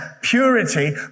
purity